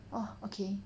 oh okay